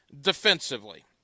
Defensively